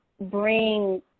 bring